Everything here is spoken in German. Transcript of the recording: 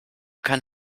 kann